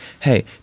hey